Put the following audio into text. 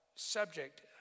subject